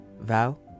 Val